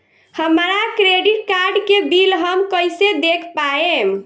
हमरा credit card के bill हम कइसे देख पाएम?